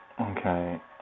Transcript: okay